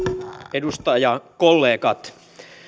edustajakollegat